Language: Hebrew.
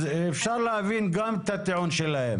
אפשר להבין גם את הטיעון שלהם.